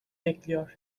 bekliyor